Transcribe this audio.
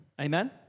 Amen